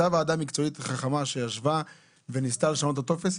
אותה ועדה מקצועית חכמה שישבה וניסתה לשנות את הטופס,